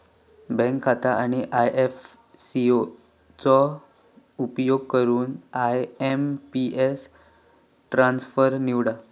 bank खाता आणि IFC चो उपयोग करून आय.एम.पी.एस ट्रान्सफर निवडा